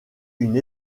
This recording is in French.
une